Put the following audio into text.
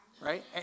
Right